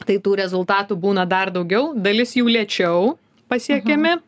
tai tų rezultatų būna dar daugiau dalis jų lėčiau pasiekiami